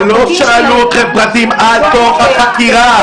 לא שאלו אתכם פרטים על תוך החקירה.